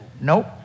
nope